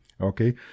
Okay